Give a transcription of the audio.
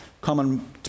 common